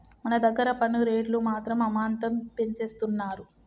మన దగ్గర పన్ను రేట్లు మాత్రం అమాంతం పెంచేస్తున్నారు